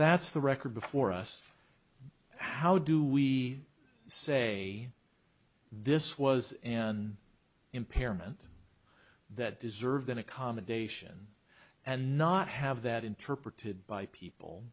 that's the record before us how do we say this was an impairment that deserved an accommodation and not have that interpreted by people